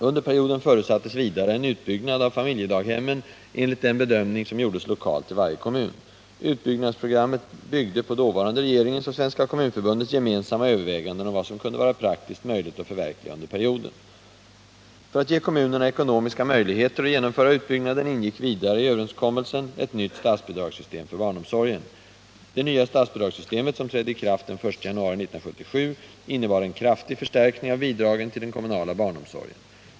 Under perioden förutsattes vidare en utbyggnad av familjedaghemmen enligt den bedömning som gjordes lokalt i varje kommun. Utbyggnadsprogrammet byggde på dåvarande regeringens och Svenska kommunförbundets gemensamma överväganden om vad som kunde vara praktiskt möjligt att förverkliga under perioden. För att ge kommunerna ekonomiska möjligheter att genomföra utbyggnaden ingick vidare i överenskommelsen ett nytt statsbidragssystem för barnomsorgen. Det nya statsbidragssystemet, som trädde i kraft den 1 januari 1977, innebar en kraftig förstärkning av bidragen till den kommunala barnomsorgen.